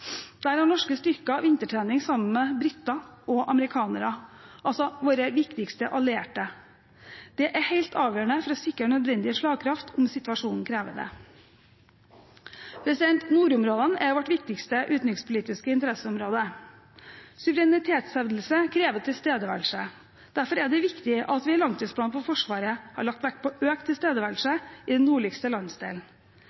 Der har norske styrker vintertrening sammen med briter og amerikanere, altså våre viktigste allierte. Det er helt avgjørende for å sikre nødvendig slagkraft når situasjonen krever det. Nordområdene er vårt viktigste utenrikspolitiske interesseområde. Suverenitetshevdelse krever tilstedeværelse. Derfor er det viktig at vi i langtidsplanen for Forsvaret har lagt vekt på økt tilstedeværelse